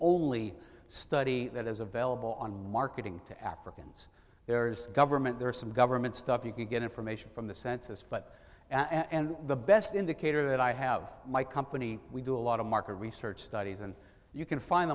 only study that is available on marketing to africans there's government there are some government stuff you can get information from the census but and the best indicator that i have my company we do a lot of market research studies and you can find